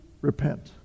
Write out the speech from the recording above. repent